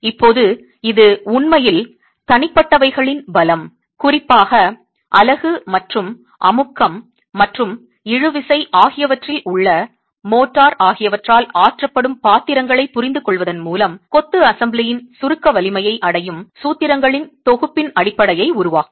இப்போது இது உண்மையில் தனிப்பட்டவைகளின் பலம் குறிப்பாக அலகு மற்றும் அமுக்கம் மற்றும் இழுவிசை ஆகியவற்றில் உள்ள மோர்டார் ஆகியவற்றால் ஆற்றப்படும் பாத்திரங்களைப் புரிந்துகொள்வதன் மூலம் கொத்து அசெம்பிளியின் சுருக்க வலிமையை அடையும் சூத்திரங்களின் தொகுப்பின் அடிப்படையை உருவாக்கும்